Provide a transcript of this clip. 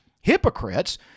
hypocrites